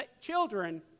Children